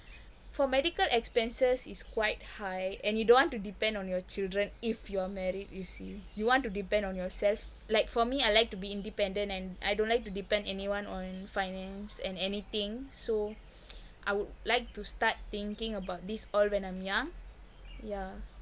for medical expenses is quite high and you don't want to depend on your children if you're married you see you want to depend on yourself like for me I like to be independent and I don't like to depend anyone on finance and anything so I would like to start thinking about this all when I'm young yeah